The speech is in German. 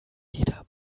jeder